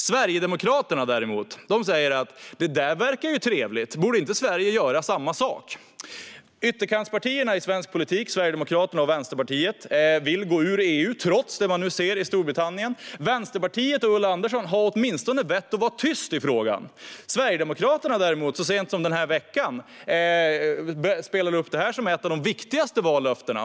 Sverigedemokraterna säger däremot: Det där verkar ju trevligt. Borde inte Sverige göra samma sak? Ytterkantspartierna i svensk politik, Sverigedemokraterna och Vänsterpartiet, vill gå ur EU, trots det man nu ser i Storbritannien. Vänsterpartiet och Ulla Andersson har åtminstone vett att vara tysta i frågan. Sverigedemokraterna spelade däremot så sent som denna vecka upp detta som ett av de viktigaste vallöftena.